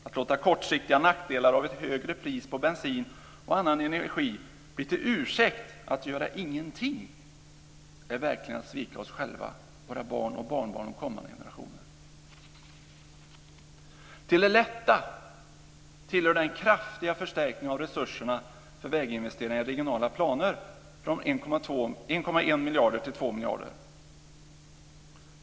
Att låta kortsiktiga nackdelar med ett högre pris på bensin och annan energi bli till en ursäkt för att göra ingenting är verkligen att svika oss själva, våra barn och barnbarn och kommande generationer. Till det lätta tillhör den kraftiga förstärkning av resurserna för väginvesteringar och regionala planer, från 1,1 miljarder till 2 miljarder.